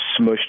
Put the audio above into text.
smushed